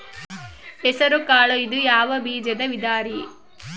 ಹೆಸರುಕಾಳು ಇದು ಯಾವ ಬೇಜದ ವಿಧರಿ?